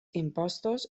impostos